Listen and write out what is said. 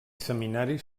seminaris